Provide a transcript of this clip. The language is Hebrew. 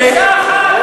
אישה אחת,